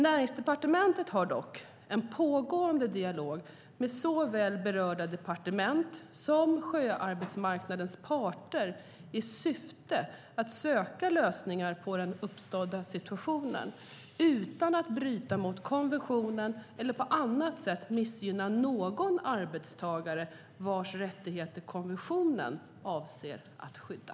Näringsdepartementet har dock en pågående dialog med såväl berörda departement som sjöarbetsmarknadens parter i syfte att söka lösningar på den uppkomna situationen, utan att bryta mot konventionen eller på annat sätt missgynna någon arbetstagare vars rättigheter konventionen avser att skydda.